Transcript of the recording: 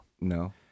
No